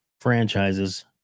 franchises